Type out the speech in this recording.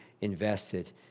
invested